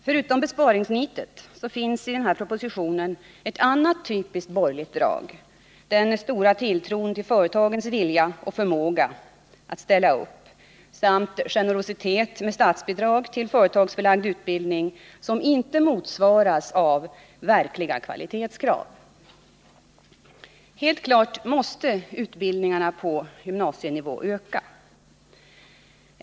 Förutom besparingsnitet finns i den här propositionen ett annat typiskt borgerligt drag — den stora tilltron till företagens vilja och förmåga att ställa upp samt generositet med statsbidrag till företagsförlagd utbildning, som inte motsvaras av verkliga kvalitetskrav. Helt klart måste utbildningarna på gymnasienivå öka.